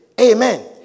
Amen